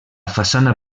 façana